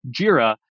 Jira